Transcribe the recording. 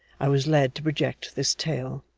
i was led to project this tale.